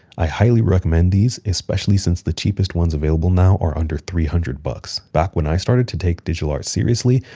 i highly recommend these, especially since the cheapest ones available now are under three hundred dollars bucks. back when i started to take digital art seriously,